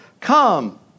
come